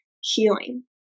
healing